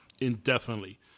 indefinitely